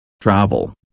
Travel